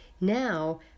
Now